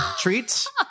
treats